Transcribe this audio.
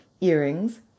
earrings